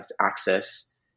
access